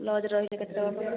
ଲଜ୍ରେ ରହିଲେ କେତେ ଟଙ୍କା ପଡ଼ିବ